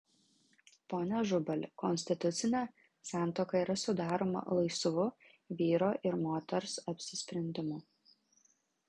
pone ažubali konstitucinė santuoka yra sudaroma laisvu vyro ir moters apsisprendimu